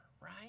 Right